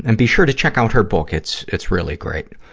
and be sure to check out her book. it's, it's really great.